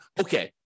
okay